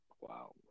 wow